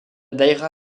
daïra